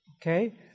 Okay